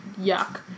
yuck